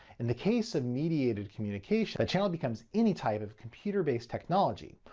in the case of mediated communication that channel becomes any type of computer based technology.